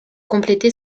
complété